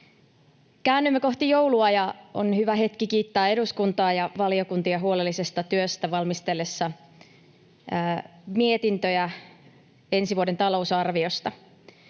Käännymme kohti joulua, ja on hyvä hetki kiittää eduskuntaa ja valiokuntia huolellisesta työstä valmistellessaan mietintöä ensi vuoden talousarviosta.